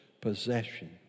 possession